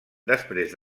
després